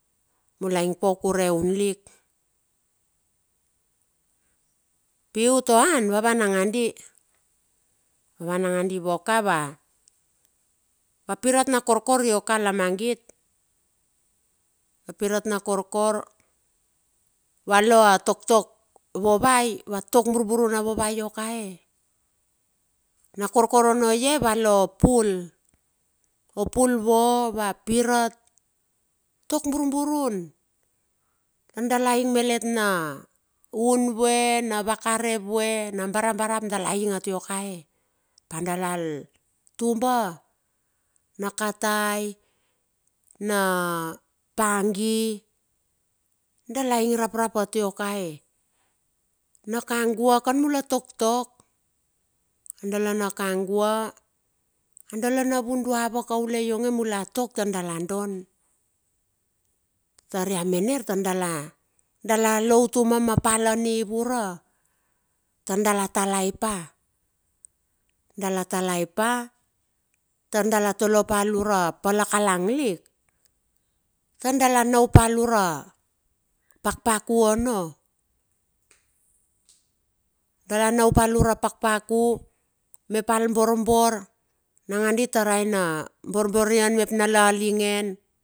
Mula ing pauk ure hunlik. Pi utoan va van nagadi, va van nangandi vuo ka va pirat na kokor io ka lamagit va pirat na korkor. Va loa toktok vovai vatok burburung vove io koe. Na korkorone ie valopul va pirat tok burburung tar dala ing maletnaun vue na vakane nabarabarap dala ingatioka vua ke. Apadala tuba nakatai na pangi dalaing rap rap atia kae a dala na kagua na vudu ava kaule ionge mulatok tar dia don. Tar ia mener dia lo lo utuma ma pal ar ni vura tar dala talai pa. Dala talai pataur dala tole pa lura pala kalang uktaur dala nau pa luna pakpaku mepal borbor taraena boborian mepa na lalingan.